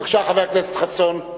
בבקשה, חבר הכנסת חסון.